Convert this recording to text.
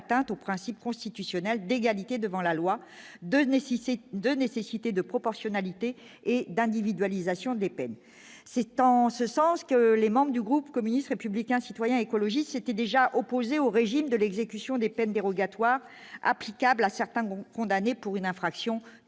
atteinte au principe constitutionnel d'égalité devant la loi de nez Cissé de nécessité de proportionnalité et d'individualisation des peines, c'est en ce sens que les membres du groupe communiste républicain et citoyen écologistes s'étaient déjà opposés au régime de l'exécution des peines dérogatoire applicable à certains condamnés pour une infraction